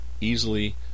easily